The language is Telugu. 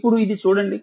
ఇప్పుడు ఇది చూడండి